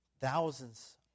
Thousands